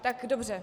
Tak dobře.